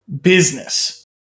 business